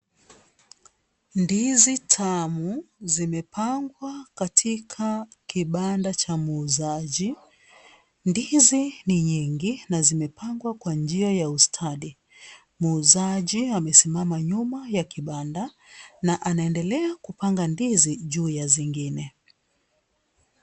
Ndizi tamu zimepangwa katika kibanda cha muuzaji. Ndizi ni nyingi na zimepangwa kwa njia ya ustadi. Muuzaji amesimama nyuma ya kibanda na anaendelea kupanga ndizi juu ya zingine.